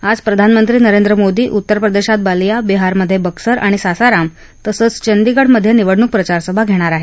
आज प्रधानमंत्री नरेंद्र मोदी उत्तर प्रदेशात बालिया बिहारमधे बक्सर आणि सासाराम तसंच चंदिगडमधे निवडणूक प्रचारसभा घेणार आहेत